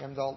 gjøre.